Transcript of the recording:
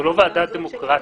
זו לא ועדה דמוקרטית.